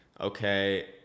okay